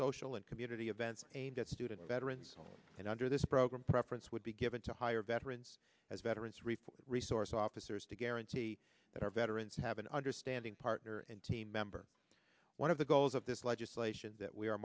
social and community events aimed at student veterans and under this program preference would be given to hire veterans as veterans reported resource officers to guarantee that our veterans have an understanding partner and team member one of the goals of this legislation that we are